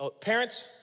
Parents